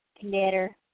Glitter